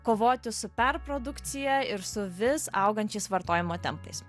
kovoti su perprodukcija ir su vis augančiais vartojimo tempais